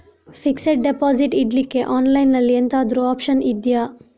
Fixed deposit ಇಡ್ಲಿಕ್ಕೆ online ಅಲ್ಲಿ ಎಂತಾದ್ರೂ ಒಪ್ಶನ್ ಇದ್ಯಾ?